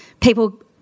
people